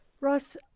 Ross